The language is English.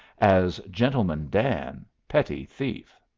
as gentleman dan, petty thief.